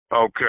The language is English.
Okay